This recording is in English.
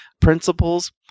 principles